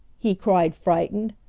he cried, frightened.